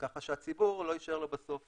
כך שלציבור לא יישאר בסוף.